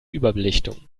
überbelichtung